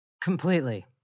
Completely